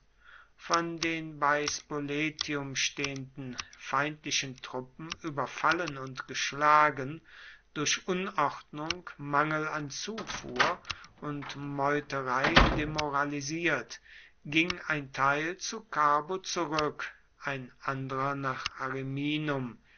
von den bei spoletium stehenden feindlichen truppen überfallen und geschlagen durch unordnung mangel an zufuhr und meuterei demoralisiert ging ein teil zu carbo zurück ein anderer nach ariminum